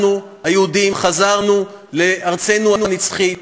אנחנו, היהודים, חזרנו לארצנו הנצחית,